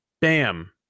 bam